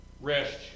rest